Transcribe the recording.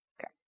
Okay